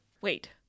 Wait